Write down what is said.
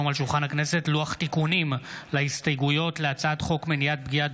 לוח תיקונים להסתייגויות להצעת חוק מניעת פגיעת